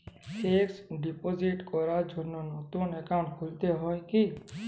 Fix deposit করার জন্য নতুন অ্যাকাউন্ট খুলতে হয় কী?